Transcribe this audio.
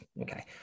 Okay